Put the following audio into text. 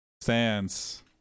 stands